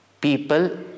people